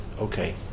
Okay